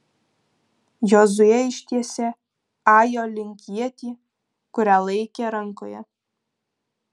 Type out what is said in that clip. jozuė ištiesė ajo link ietį kurią laikė rankoje